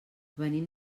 venim